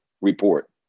Report